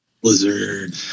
Blizzard